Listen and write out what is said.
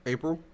April